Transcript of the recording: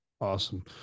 Awesome